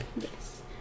Yes